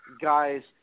guys